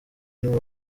n’uwa